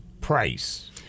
price